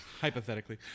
hypothetically